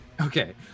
Okay